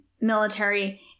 military